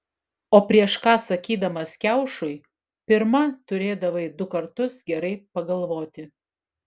o prieš ką sakydamas kiaušui pirma turėdavai du kartus gerai pagalvoti